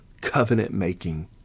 covenant-making